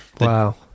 Wow